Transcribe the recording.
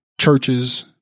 churches